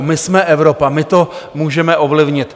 My jsme Evropa, my to můžeme ovlivnit.